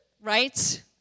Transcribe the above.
right